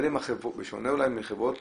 בשונה אולי מחברות